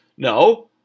No